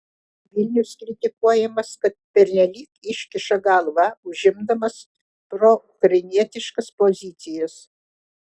vilnius kritikuojamas kad pernelyg iškiša galvą užimdamas proukrainietiškas pozicijas